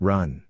Run